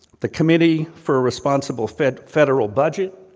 the committee for responsible federal federal budget,